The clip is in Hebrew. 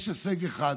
יש הישג אחד.